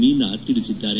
ಮೀನಾ ತಿಳಿಸಿದ್ದಾರೆ